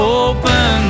open